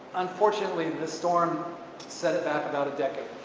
unfortunately this storm set it back about a decade.